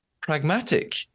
pragmatic